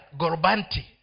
gorbanti